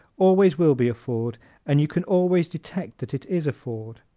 always will be a ford and you can always detect that it is a ford.